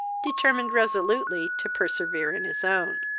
determined resolutely to persevere in his own.